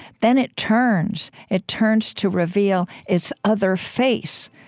then it turns. it turns to reveal its other face,